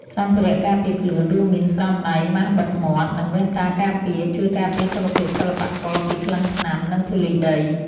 សម្ភារៈការពារខ្លួន រួមមានស្រោមដៃ ម៉ាសបិទមាត់ និងវ៉ែនតាការពារ ជួយការពារសុខភាពសិល្បករពីក្លិនថ្នាំ និងធូលីដី។